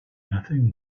nothing